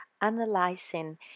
analyzing